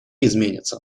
изменится